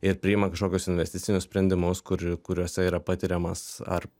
ir priima kažkokius investicinius sprendimus kur kuriuose yra patiriamas ar